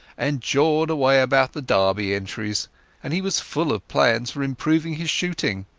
and jawed away about the derby entries and he was full of plans for improving his shooting.